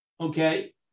Okay